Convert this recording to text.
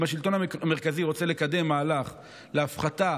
אם השלטון המרכזי רוצה לקדם מהלך להפחתה